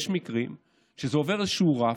יש מקרים שזה עובר איזשהו רף,